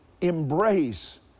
Embrace